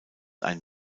ein